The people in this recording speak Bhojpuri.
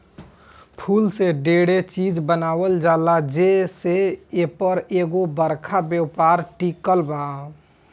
फूल से डेरे चिज बनावल जाला जे से एपर एगो बरका व्यापार टिकल बा